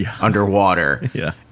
underwater